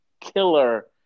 killer